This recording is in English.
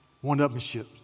one-upmanship